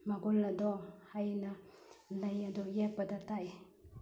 ꯃꯒꯨꯜ ꯑꯗꯣ ꯑꯩꯅ ꯂꯩ ꯑꯗꯣ ꯌꯦꯛꯄꯗ ꯇꯥꯛꯏ